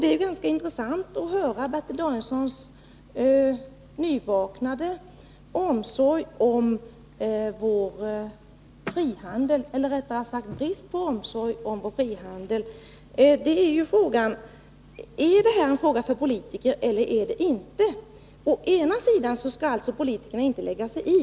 Det är ganska intressant att höra Bertil Danielssons nyvaknade omsorg — eller snarare brist på omsorg — om vår frihandel. Är detta en fråga för politiker eller inte? Å ena sidan skall politikerna alltså inte lägga sig i.